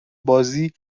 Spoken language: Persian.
بازی